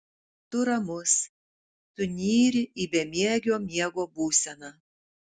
tu ramus tu nyri į bemiegio miego būseną